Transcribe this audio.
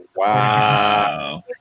Wow